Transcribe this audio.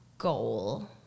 goal